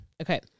Okay